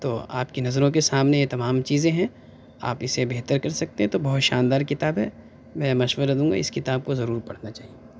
تو آپ کی نظروں کے سامنے یہ تمام چیزیں ہیں آپ اِسے بہتر کر سکتے تو بہت شاندار کتاب ہے میں مشورہ دوں گا اِس کتاب کو ضرور پڑھنا چاہیے